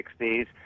60s